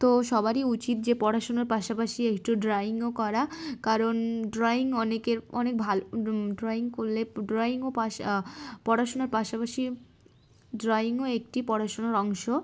তো সবারই উচিত যে পড়াশুনার পাশাপাশি একটু ড্রয়িংও করা কারণ ড্রয়িং অনেকের অনেক ভালো ড্রয়িং করলে ড্রয়িংও পাশ পড়াশুনার পাশাপাশি ড্রয়িংও একটি পড়াশুনার অংশ